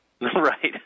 right